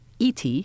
ET